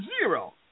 zero